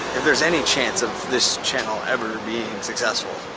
if there's any chance of this channel ever being successful.